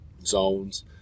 zones